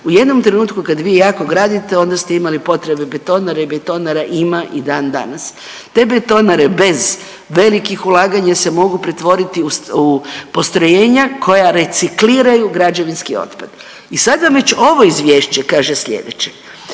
U jednom trenutku kad vi jako gradite, onda ste imali potrebe betonare, betonara ima i dan danas, te betonare bez velikih ulaganja se mogu pretvoriti u postrojenja koja recikliraju građevinski otpad. I sada vam već ovo izvješće kaže sljedeće